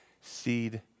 seed